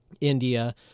India